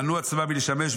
מנעו עצמם מלשמש.